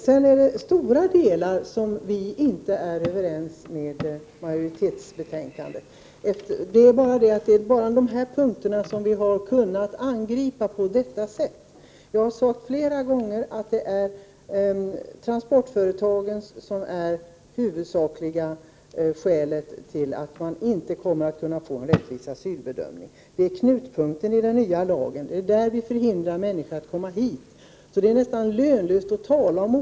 Det är stora delar av majoritetsbetänkandet som vi inte kan ställa oss bakom, men det är bara de här punkterna som vi har kunnat angripa på detta sätt. Jag har flera gånger sagt att det är transportföretagen som är det huvudsakliga skälet till att man inte kommer att kunna åstadkomma en Prot. 1988/89:125 rättvis asylbedömning. Det är knutpunkten i den nya lagen; det är genom den 31 maj 1989 vi hindrar människor att komma hit.